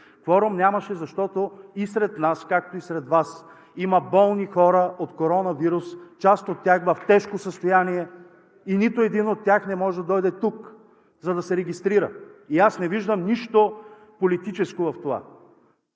Кворум нямаше, защото и сред нас, както и сред Вас има болни хора от коронавирус – част от тях в тежко състояние, и нито един от тях не може да дойде тук, за да се регистрира. Не виждам нищо политическо в това.